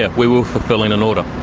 yeah we were fulfilling an order.